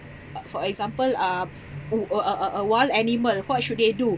uh for example uh a a a a wild animal what should they do